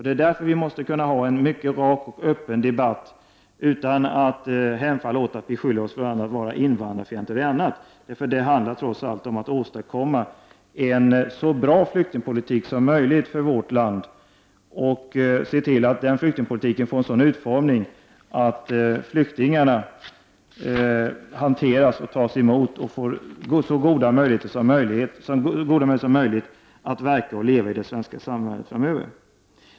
Det är därför som vi måste kunna ha en mycket rak och öppen debatt utan att hänfalla till att beskylla varandra för att vara invandrarfientliga och annat. Det handlar trots allt om att försöka åstadkomma en så bra flyktingpolitik som möjligt för vårt land. Vi måste se till att den flyktingpolitiken får en sådan utformning att flyktingarna tas emot och får goda möjligheter att verka och leva i det svenska samhället framöver.